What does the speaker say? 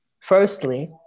firstly